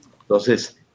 Entonces